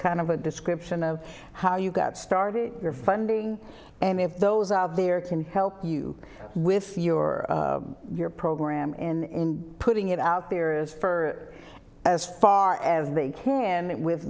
kind of a description of how you got started your funding and if those out there can help you with your your program and putting it out there is for as far as they can with